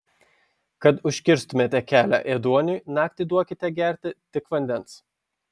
kad užkirstumėte kelią ėduoniui naktį duokite gerti tik vandens